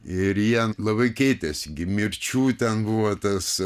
ir jie labai keitėsi gi mirčių ten buvo tas